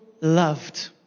loved